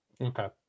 Okay